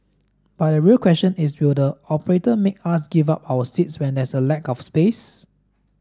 but the real question is will the operator make us give up our seats when there's a lack of space